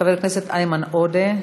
חבר הכנסת איימן עודה,